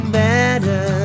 better